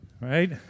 Right